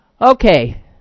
Okay